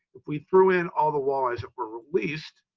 if we threw in all the walleyes that were released,